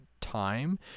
time